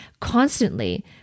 constantly